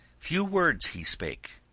few words he spake